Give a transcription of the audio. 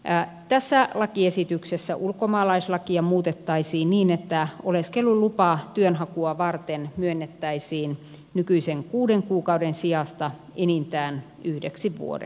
tässä lakiesityksessä ulkomaalaislakia muutettaisiin niin että oleskelulupa työnhakua varten myönnettäisiin nykyisen kuuden kuukauden sijasta enintään yhdeksi vuodeksi